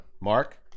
Mark